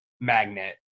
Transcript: magnet